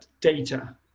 data